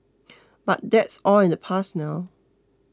but that's all in the past now